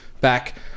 back